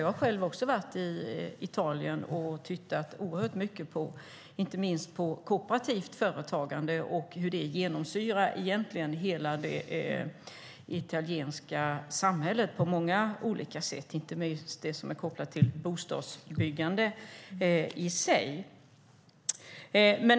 Jag har själv också varit i Italien och tittat mycket inte minst på kooperativt företagande och hur det genomsyrar hela det italienska samhället på många olika sätt, inte minst när det gäller bostadsbyggande.